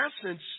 essence